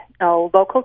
local